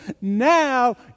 now